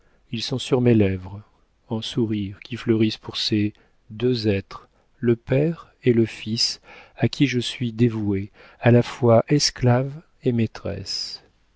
ils sont sur mes lèvres en sourires qui fleurissent pour ces deux êtres le père et le fils à qui je suis dévouée à la fois esclave et maîtresse